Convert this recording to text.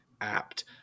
apt